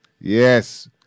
Yes